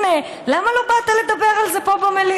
הינה, למה לא באת לדבר על זה פה במליאה?